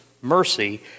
mercy